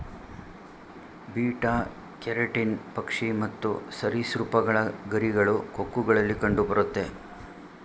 beta keratin ಪಕ್ಷಿ ಮತ್ತು ಸರಿಸೃಪಗಳ ಗರಿಗಳು, ಕೊಕ್ಕುಗಳಲ್ಲಿ ಕಂಡುಬರುತ್ತೆ